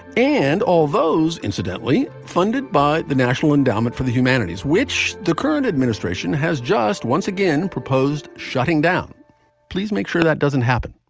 and all those, incidentally, funded by the national endowment for the humanities, which the current administration has just once again proposed shutting down please make sure that doesn't happen.